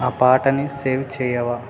ఆ పాటని సేవ్ చెయ్యవా